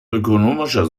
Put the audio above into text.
ökonomischer